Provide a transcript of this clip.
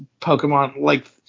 Pokemon-like